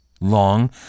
Long